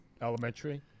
elementary